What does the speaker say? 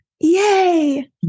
Yay